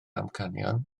amcanion